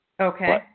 Okay